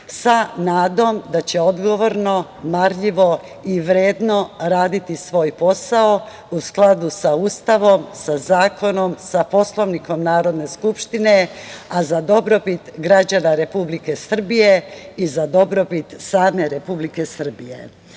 Sa nadom da će odgovorno, marljivo i vredno raditi svoj posao, u skladu sa Ustavom, sa zakonom, sa Poslovnikom Narodne skupštine, a za dobrobit građana Republike Srbije i za dobrobit same Republike Srbije. Ono